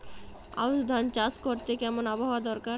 আউশ ধান চাষ করতে কেমন আবহাওয়া দরকার?